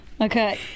Okay